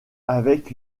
avec